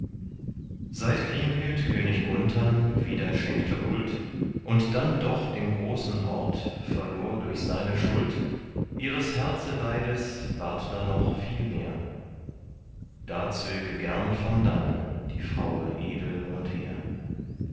seit kriemhild könig gunthern wieder schenkte huld und dann doch den großen hort verlor durch seine schuld ihres herzeleides ward da noch viel mehr da zöge gern von dannen die fraue edel und hehr